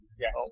Yes